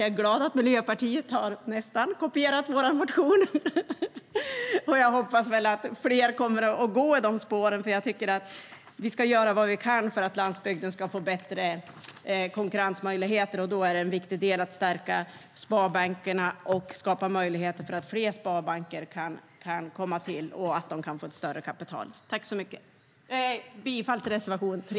Jag är glad att Miljöpartiet - nästan - har kopierat vår motion, och jag hoppas att fler kommer att gå i de spåren. Vi ska göra vad vi kan för att landsbygden ska få bättre konkurrensmöjligheter. En viktig del är att stärka sparbankerna och skapa möjligheter för fler sparbanker och få ett större kapital. Jag yrkar bifall till reservation 3.